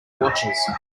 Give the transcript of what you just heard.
watches